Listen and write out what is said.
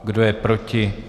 Kdo je proti?